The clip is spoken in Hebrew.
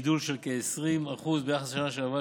גידול של כ־20% ביחס לשנה שעברה,